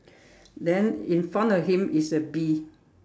then in front of him is a bee